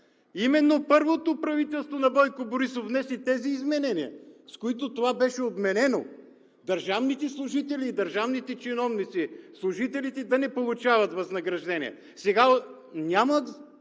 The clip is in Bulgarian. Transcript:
Именно първото правителство на Бойко Борисов внесе тези изменения, с които това беше обновено – държавните служители и държавните чиновници, служителите, да не получават възнаграждение.